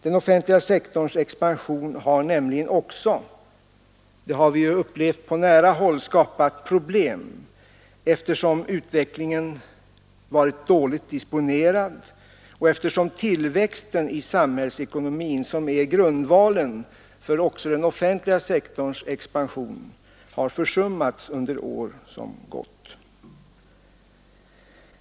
Den offentliga sektorns expansion har nämligen också skapat problem, bl.a. därför att den varit dåligt disponerad men även och kanske främst därför att tillväxten i samhällsekonomin, som är grundvalen även för den offentliga sektorns utveckling, har försummats under år som gått.